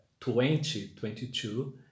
2022